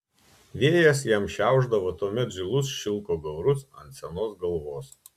vėjas jam šiaušdavo tuomet žilus šilko gaurus ant senos galvos